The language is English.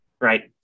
right